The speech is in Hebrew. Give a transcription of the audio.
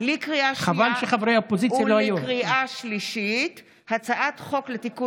חוק ומשפט להביא בפניכם את הצעת החוק לקיום